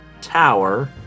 tower